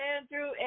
Andrew